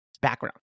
background